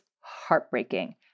heartbreaking